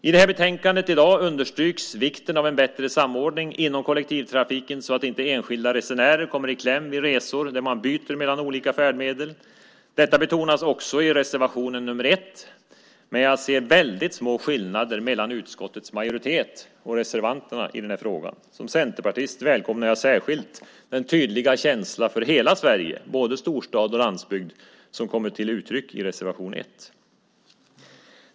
I dagens betänkande understryks vikten av en bättre samordning inom kollektivtrafiken så att inte enskilda resenärer kommer i kläm vid resor där man byter mellan olika färdmedel. Detta betonas också i reservation nr 1, men jag ser väldigt små skillnader mellan utskottets majoritet och reservanterna i denna fråga. Som centerpartist välkomnar jag särskilt den tydliga känsla för hela Sverige, både storstad och landsbygd, som kommer till uttryck i reservation 1.